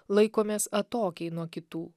laikomės atokiai nuo kitų